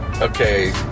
Okay